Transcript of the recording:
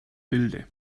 bilde